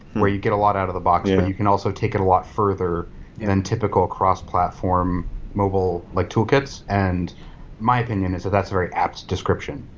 where you'd get a lot out of the box, but you can also take it a lot further in a and typical cross-platform mobile like toolkits. and my opinion is that's a very apps description.